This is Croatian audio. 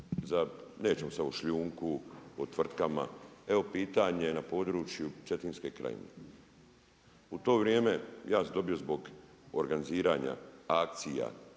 nećemo sad o šljunku, o tvrtkama, evo pitanje na području Cetinske krajine. U to vrijeme, ja sam dobio zbog organiziranja akcija